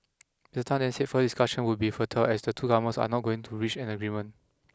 Mister Tan then said further discussion would be fertile as the two governments are not going to reach an agreement